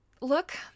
look